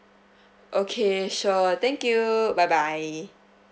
okay sure thank you bye bye